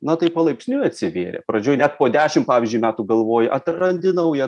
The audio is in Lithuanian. na tai palaipsniui atsivėrė pradžioj net po dešim pavyzdžiu metų galvoji atrandi naują